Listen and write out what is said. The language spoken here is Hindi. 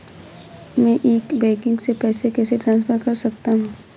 मैं ई बैंकिंग से पैसे कैसे ट्रांसफर कर सकता हूं?